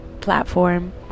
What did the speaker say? platform